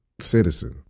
citizen